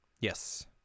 Yes